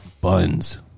buns